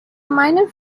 minor